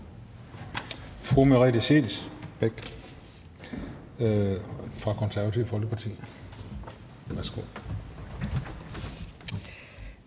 fru Merete Scheelsbeck fra Det Konservative Folkeparti. Værsgo.